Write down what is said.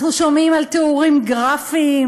אנחנו שומעים על תיאורים גרפיים,